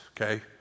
okay